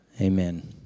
amen